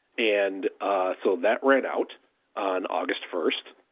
and so, that ran out on august first.